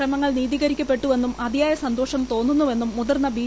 ശ്രമങ്ങൾ നീതീകരിക്കപ്പെട്ടുവെന്നും അതിയായ സന്തോഷം തോന്നുന്നുവെന്നും മുതിർന്ന ബി